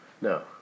No